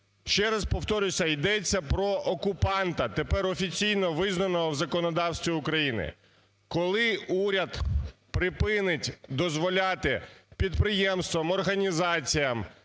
Ще раз повторююсь, йдеться про окупанта, тепер офіційно визнаного у законодавстві України. Коли уряд припинить дозволяти підприємствам, організаціям,